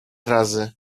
razy